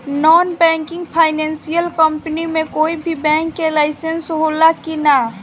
Non banking financial company मे कोई भी बैंक के लाइसेन्स हो ला कि ना?